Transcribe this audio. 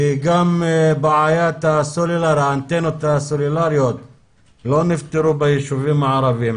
כי גם בעיית האנטנות הסלולריות לא נפתרה ביישובים הערביים.